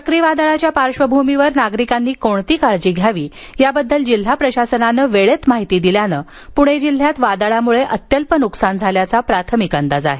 चक्रीवादळाच्या पार्श्वभूमीवर नागरिकांनी कोणती काळजी घ्यावी याबद्दल जिल्हा प्रशासनाने वेळेत माहिती दिल्यानं प्णे जिल्ह्यात वादळामूळं अत्यल्प नुकसान झाल्याचा प्राथमिक अंदाज आहे